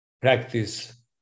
practice